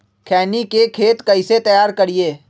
खैनी के खेत कइसे तैयार करिए?